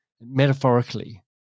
metaphorically